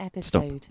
stop